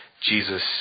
Jesus